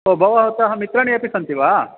ओ भवतः मित्रणि अपि सन्ति वा